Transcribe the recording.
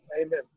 Amen